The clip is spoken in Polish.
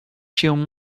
się